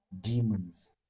Demons